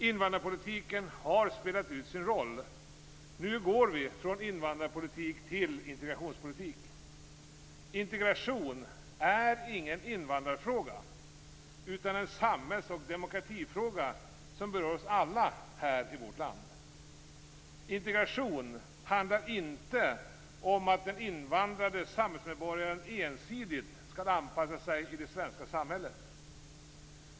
Invandrarpolitiken har spelat ut sin roll. Nu går vi från invandrarpolitik till integrationspolitik. Integration är ingen invandrarfråga utan en samhälls och demokratifråga som berör oss alla här i vårt land. Integration handlar inte om att den invandrade samhällsmedborgaren ensidigt skall anpassa sig i det svenska samhället.